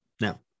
Now